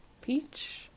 Peach